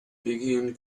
begin